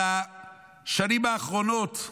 על השנים האחרונות,